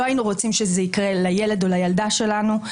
לא היינו רוצים שזה יקרה לילד או לילדה שלנו,